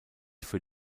für